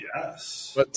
Yes